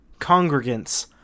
congregants